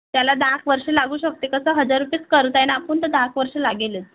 त्याला दहाएक वर्ष लागू शकते कसं हजार रुपयेच करत आहे ना आपण तर दहाएक वर्ष लागेलच